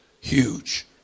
Huge